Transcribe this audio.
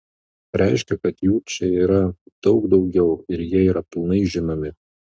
reiškia kad jų čia yra daug daugiau ir jie yra pilnai žinomi